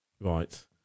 Right